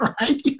right